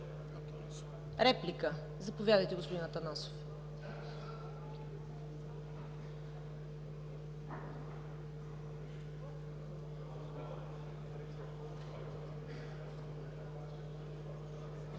Реплики? Заповядайте, господин Атанасов.